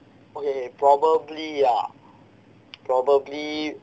probably